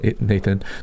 Nathan